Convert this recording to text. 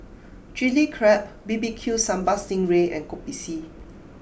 Chili Crab B B Q Sambal Sting Ray and Kopi C